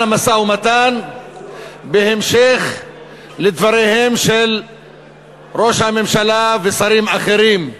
המשא-ומתן בהמשך לדבריהם של ראש הממשלה ושרים אחרים,